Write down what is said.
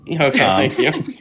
okay